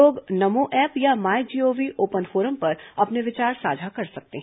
लोग नमो ऐप या my GOV open forum पर अपने विचार साझा कर सकते हैं